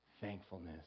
thankfulness